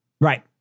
Right